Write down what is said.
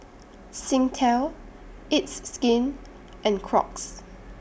Singtel It's Skin and Crocs